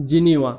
Geneva